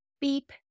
Beep